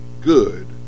good